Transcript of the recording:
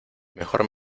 mejor